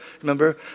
remember